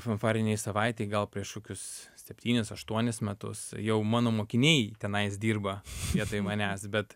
fanfarinėj savaitėj gal prieš kokius septynis aštuonis metus jau mano mokiniai tenais dirba vietoj manęs bet